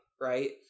right